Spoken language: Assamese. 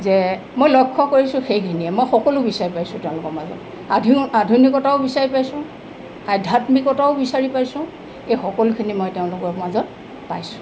যে মই লক্ষ্য কৰিছোঁ সেইখিনিয়ে মই সকলো বিচাৰি পাইছোঁ তেওঁলোকৰ মাজত আধুনি আধুনিকতাও বিচাৰি পাইছোঁ আধ্যাত্মিকতাও বিচাৰি পাইছোঁ এই সকলোখিনি মই তেওঁলোকৰ মাজত পাইছোঁ